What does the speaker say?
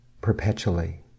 perpetually